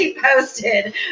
Posted